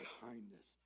kindness